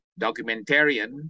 documentarian